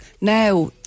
now